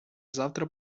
завтра